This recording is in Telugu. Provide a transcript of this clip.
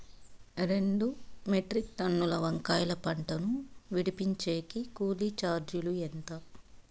రెండు మెట్రిక్ టన్నుల వంకాయల పంట ను విడిపించేకి కూలీ చార్జీలు ఎంత?